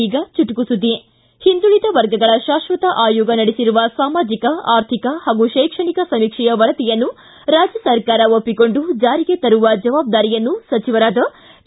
ಈಗ ಚುಟುಕು ಸುದ್ದಿ ಹಿಂದುಳಿದ ವರ್ಗಗಳ ಶಾಪ್ಪತ ಆಯೋಗ ನಡೆಸಿರುವ ಸಾಮಾಜಿಕ ಆರ್ಥಿಕ ಹಾಗೂ ಶೈಕ್ಷಣಿಕ ಸಮೀಕ್ಷೆಯ ವರದಿಯನ್ನು ರಾಜ್ಯ ಸರ್ಕಾರ ಒಪ್ಪಿಕೊಂಡು ಜಾರಿಗೆ ತರುವ ಜವಾಬ್ದಾರಿಯನ್ನು ಸಚಿವರಾದ ಕೆ